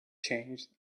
changed